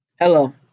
Hello